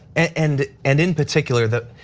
and and in particular that,